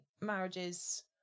marriages